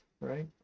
right